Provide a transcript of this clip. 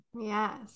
Yes